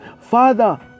Father